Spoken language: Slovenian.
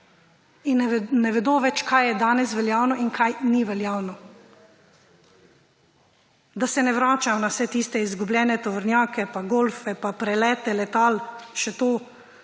in ne vedo več, kaj je danes veljavno in kaj ni veljavno. Da se ne vračam na vse tiste izgubljene tovornjake, golfe pa prelete letal, še to,